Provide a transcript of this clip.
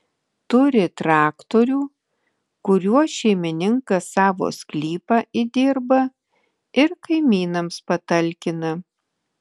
turi traktorių kuriuo šeimininkas savo sklypą įdirba ir kaimynams patalkina